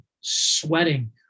sweating